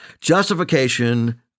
justification